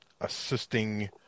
assisting